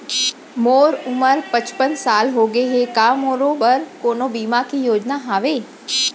मोर उमर पचपन साल होगे हे, का मोरो बर कोनो बीमा के योजना हावे?